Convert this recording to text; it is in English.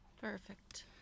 Perfect